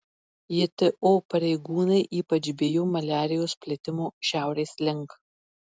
jto pareigūnai ypač bijo maliarijos plitimo šiaurės link